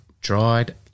dried